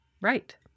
Right